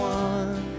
one